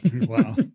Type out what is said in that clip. Wow